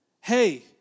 Hey